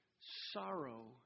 sorrow